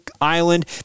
island